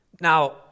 Now